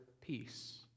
peace